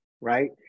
right